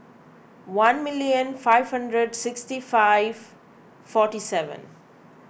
one million five hundred sixty five forty seven